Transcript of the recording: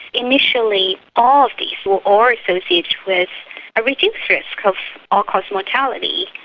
initially all of these were all associated with a reduced risk of all-cause mortality.